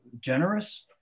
generous